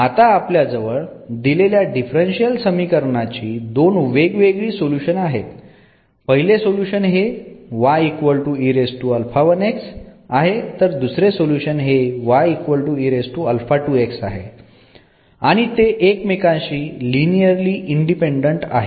आता आपल्या जवळ दिलेल्या डिफरन्शियल समीकरणाचा दोन वेगवेगळी सोल्युशन आहेत पहिले सोल्युशन हे आहे तर दुसरे सोल्युशन हे आहे आणि ते एकमेकांशी लिनिअरली इंडिपेंडंट आहेत